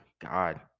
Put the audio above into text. God